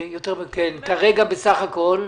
כרגע בסך הכול?